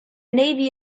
navy